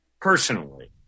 Personally